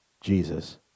Jesus